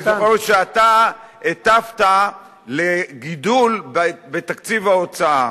כי אני זוכר שאתה הטפת לגידול בתקציב ההוצאה.